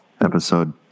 Episode